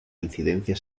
incidencia